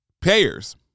payers